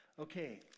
Okay